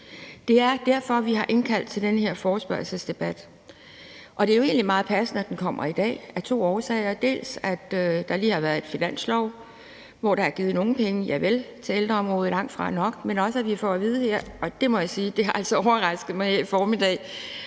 Det er derfor, vi har indkaldt til den her forespørgselsdebat, og det er jo egentlig meget passende, at den kommer i dag, af to årsager. Dels er der lige indgået en finanslovsaftale, hvor der er givet nogle penge, javel, til ældreområdet – langt fra nok – dels får vi her at vide, og det må jeg altså sige har overrasket mig her til formiddag,